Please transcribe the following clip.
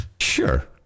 Sure